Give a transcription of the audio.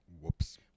Whoops